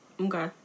Okay